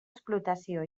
explotació